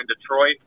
Detroit